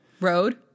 Road